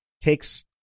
takes